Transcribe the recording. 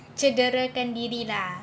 cederakan diri lah